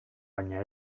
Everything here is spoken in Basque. baina